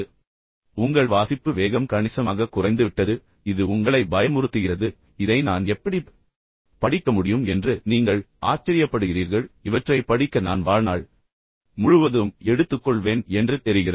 எனவே உங்கள் வாசிப்பு வேகம் கணிசமாகக் குறைந்துவிட்டது இது உங்களை பயமுறுத்துகிறது இதை நான் எப்படிப் படிக்க முடியும் என்று நீங்கள் ஆச்சரியப்படுகிறீர்கள் இது போன்ற நாவல் மற்றும் இந்த வகையான விஷயங்களைப் படிக்க நான் வாழ்நாள் முழுவதும் எடுத்துக்கொள்வேன் என்று தெரிகிறது